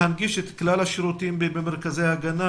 להנגיש את כלל השירותים במרכזי ההגנה